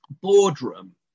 boardroom